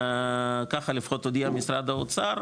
ככה לפחות הודיע משרד האוצר